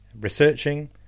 researching